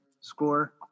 score